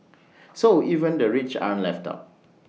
so even the rich aren't left out